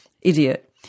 idiot